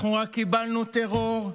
אנחנו רק קיבלנו טרור,